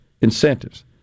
incentives